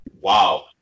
Wow